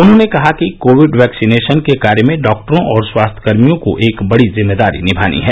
उन्होंने कहा कि कोविड वैक्सीनेशन के कार्य में डॉक्टरों और स्वास्थ्यकर्मियों को एक बड़ी जिम्मदारी निभानी है